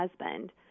husband